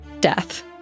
death